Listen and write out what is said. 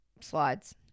slides